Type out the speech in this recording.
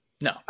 No